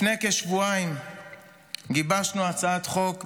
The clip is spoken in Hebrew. לפני כשבועיים גיבשנו הצעת חוק,